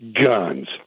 guns